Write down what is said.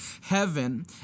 Heaven